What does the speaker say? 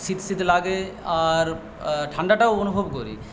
শীত শীত লাগে আর ঠাণ্ডাটাও অনুভব করি